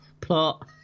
Plot